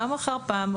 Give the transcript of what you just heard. פעם אחר פעם,